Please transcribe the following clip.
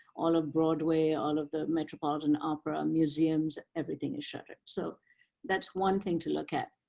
all of broadway, all of the metropolitan opera, museums, everything is shuttered. so that's one thing to look at.